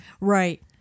Right